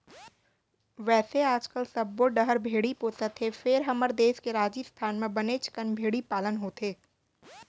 वैसे आजकाल सब्बो डहर भेड़ी पोसत हें फेर हमर देस के राजिस्थान म बनेच कन भेड़ी पालन होथे